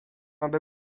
aby